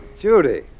Judy